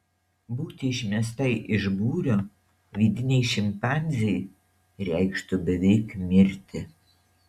būti išmestai iš būrio vidinei šimpanzei reikštų beveik mirti